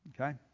okay